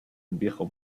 viejo